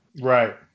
Right